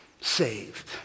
Saved